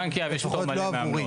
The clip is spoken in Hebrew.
בנק יהב יש פטור מלא מעמלות.